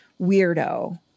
weirdo